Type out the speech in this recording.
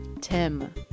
Tim